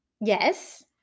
Yes